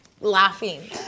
laughing